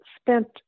spent